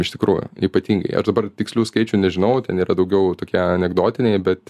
iš tikrųjų ypatingai aš dabar tikslių skaičių nežinau ten yra daugiau tokie anekdotiniai bet